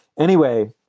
anyway,